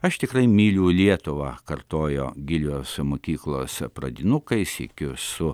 aš tikrai myliu lietuvą kartojo gilijos mokyklose pradinukai sykiu su